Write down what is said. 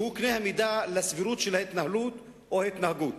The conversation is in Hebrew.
שהוא קנה-המידה לסבירות של ההתנהלות או התנהגות,